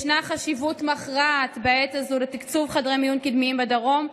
ישנה חשיבות מכרעת בעת הזו לתקצוב חדרי מיון קדמיים בדרום,